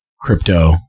crypto